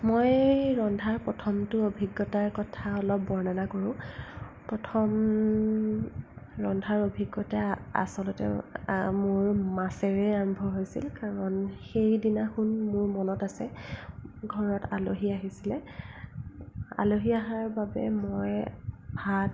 মই ৰন্ধা প্ৰথমটো অভিজ্ঞতাৰ কথা অলপ বৰ্ণনা কৰোঁ প্ৰথম ৰন্ধাৰ অভিজ্ঞতা আচলতে মোৰ মাছেৰে আৰম্ভ হৈছিল কাৰণ সেইদিনাখন মোৰ মনত আছে ঘৰত আলহী আহিছিলে আলহী অহাৰ বাবে মই ভাত